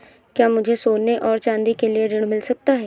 क्या मुझे सोने और चाँदी के लिए ऋण मिल सकता है?